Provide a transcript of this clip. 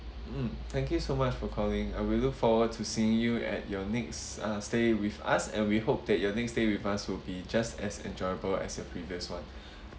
mm thank you so much for calling I will look forward to seeing you at your next uh stay with us and we hope that your next stay with us will be just as enjoyable as the previous one